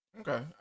Okay